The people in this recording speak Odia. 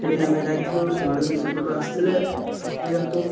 ସେଇଠି ଆମେ ଯାଇଥିଲୁ ସେମାନେ ବି ସେପଟୁ ଆସିଥିଲେ